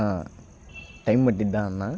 time పట్టిద్దా అన్నా